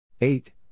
Eight